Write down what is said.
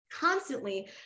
constantly